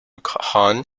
khan